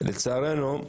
לצערנו,